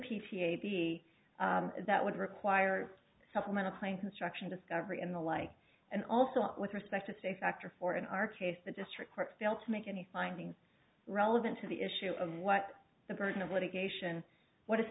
p that would require supplemental claim construction discovery in the light and also with respect it's a factor for in our case the district courts fail to make any findings relevant to the issue of what the burden of litigation what